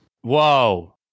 Whoa